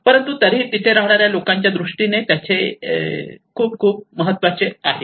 परंतु तरीही ते तिथे राहणारे लोकांच्या दृष्टीने खूप खूप महत्त्वाचे आहे